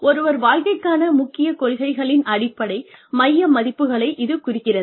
ஒருவர் வாழ்க்கைக்கான முக்கிய கொள்கைகளின் அடிப்படை மைய மதிப்புகளை இது குறிக்கிறது